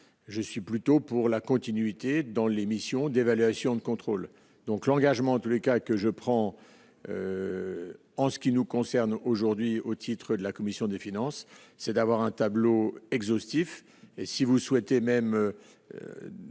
je suis plutôt pour la continuité dans les missions d'évaluation de contrôle donc l'engagement, en tous les cas que je prends en ce qui nous concerne aujourd'hui au titre de la commission des finances, c'est d'avoir un tableau exhaustif